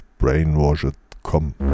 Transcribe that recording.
brainwashed.com